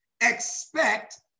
expect